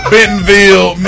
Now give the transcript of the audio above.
Bentonville